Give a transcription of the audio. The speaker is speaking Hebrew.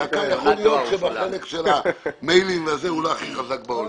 יכול להיות שבחלק של המיילים הוא לא הכי חזק בעולם.